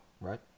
right